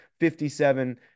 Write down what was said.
57